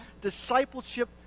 discipleship